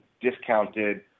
discounted